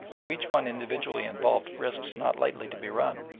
to each one individually involved risks not lightly to be run.